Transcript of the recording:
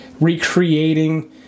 recreating